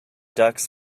ducks